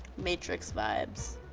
matrix vibes.